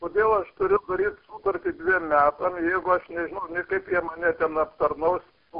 kodėl aš turiu turėt sutartį dviem metam jeigu aš nežinau kaip jie mane ten aptarnaus po